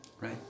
Right